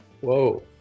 Whoa